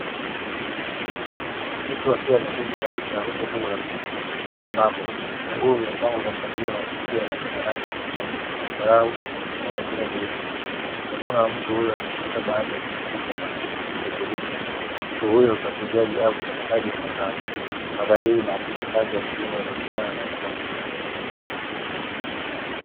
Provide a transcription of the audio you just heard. Mtu akiwa ameketi karibu na rundo kubwa la vitunguu, ambapo vitunguu vimepangwa kwa mpangilio unaovutia na vina rangi mchanganyiko ya zambarau na vingine vyeupe. Mikono ya mtu huyu ameshika baadhi ya vitunguu kwa umakini, ikidhihirisha shughuli ya usafirishaji au uchakataji wa mazao. Mandhari hii inaakisi kazi ya kilimo inayohusiana na mavuno mengi.